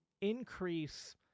increase